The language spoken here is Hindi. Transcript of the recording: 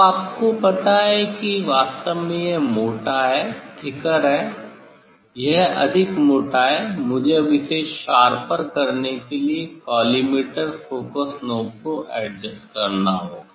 अब आपको पता है कि वास्तव में यह मोटा है यह अधिक मोटा है मुझे अब इसे शार्पर करने के लिए कॉलीमेटर फोकस नॉब को एडजस्ट करना होगा